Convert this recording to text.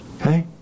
Okay